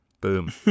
Boom